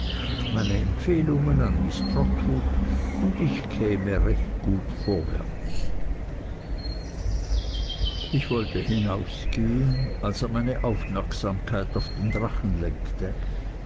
meine empfehlungen an miß trotwood und ich käme recht gut vorwärts ich wollte hinausgehen als er meine aufmerksamkeit auf den drachen lenkte